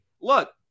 look